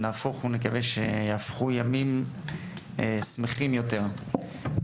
נהפוך הוא, נקווה שיהפכו ימים שמחים יותר.